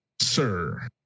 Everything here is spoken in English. Sir